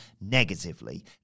negatively